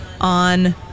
on